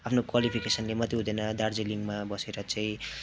आफ्नो क्वालिफिकेसनले मात्रै हुँदैन दार्जिलिङमा बसेर चाहिँ